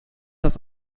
das